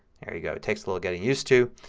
there you go. it takes a little getting used to.